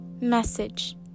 Message